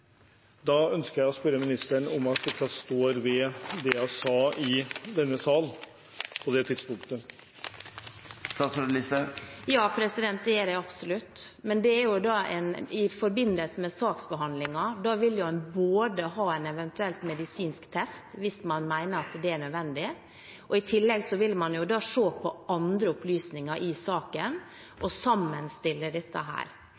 Da ønsker jeg å spørre ministeren om hun fortsatt står ved det hun sa i denne sal på det tidspunktet. Ja, det gjør jeg absolutt. Men i forbindelse med saksbehandlingen vil man både ha en eventuell medisinsk test, hvis man mener at det er nødvendig, og i tillegg vil man se på andre opplysninger i saken og sammenstille dette.